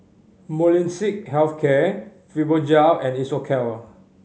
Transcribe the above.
Molnylcke Health Care Fibogel and Isocal